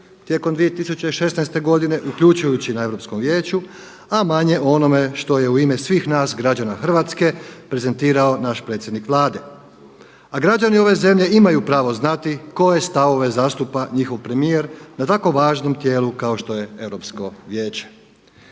tijekom 2016. uključujući na Europskom vijeću, a manje o onome što je u ime svih nas građana Hrvatske prezentirao naš predsjednik Vlade. A građani ove zemlje imaju pravo znati koje stavove zastupa njihov primjer na tako važnom tijelu kao što je Europsko vijeće.